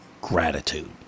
gratitude